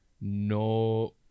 no